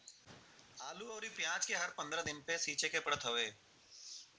आलू अउरी पियाज के हर पंद्रह दिन पे सींचे के पड़त हवे